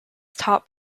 top